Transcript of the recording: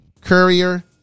Courier